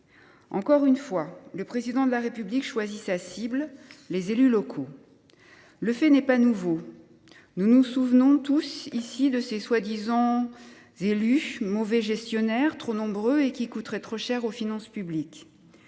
Encore une fois, le Président de la République choisit sa cible : les élus locaux ! Le fait n’est pas nouveau. Nous nous souvenons tous ici de ces prétendus élus mauvais gestionnaires, trop nombreux et qui coûteraient trop cher aux finances publiques.